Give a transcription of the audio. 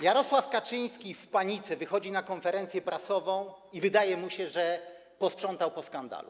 Jarosław Kaczyński w panice wychodzi na konferencję prasową i wydaje mu się, że posprzątał po skandalu.